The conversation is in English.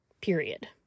period